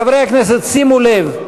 חברי הכנסת, שימו לב: